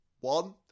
One